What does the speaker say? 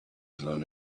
blown